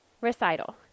Recital